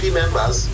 members